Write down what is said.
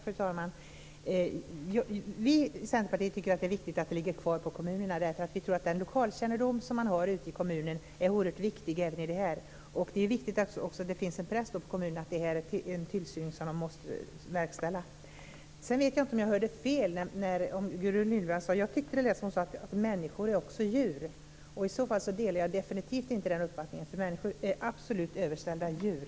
Fru talman! Vi i Centerpartiet tycker att tillsynen ska ligga kvar på kommunerna. Den lokalkännedom som man har där är oerhört viktig. Det sätter också en press på kommunerna så att de också verkställer tillsynen. Sedan vet jag inte om jag hörde fel, men jag tyckte att det lät som att Gudrun Lindvall sade att också människor är djur. I så fall delar jag definitivt inte den uppfattningen. Människor är absolut överställda djur.